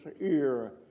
ear